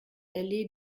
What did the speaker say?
hellé